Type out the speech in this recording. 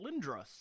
Lindros